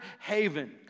haven